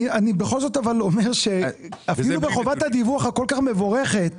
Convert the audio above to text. אבל אפילו בחובת הדיווח הכל כך מבורכת